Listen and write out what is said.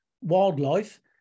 wildlife